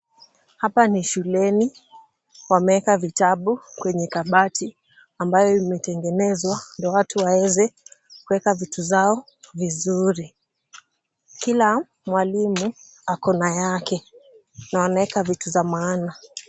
Hapa ni shuleni wameeka vitabu kwenye kabati ambayo imetengenezwa ndio watu waweze kuweka vitu vyao vizuri. Kila mwalimu ako na yake na wanaweka vitu za maana.